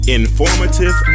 informative